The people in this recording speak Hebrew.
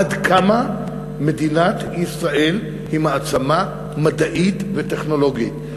עד כמה מדינת ישראל היא מעצמה מדעית וטכנולוגית.